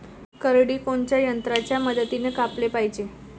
करडी कोनच्या यंत्राच्या मदतीनं कापाले पायजे?